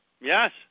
yes